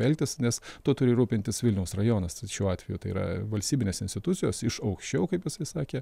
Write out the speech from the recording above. elgtis nes tuo turi rūpintis vilniaus rajonas tai šiuo atveju tai yra valstybinės institucijos iš aukščiau kaip jisai sakė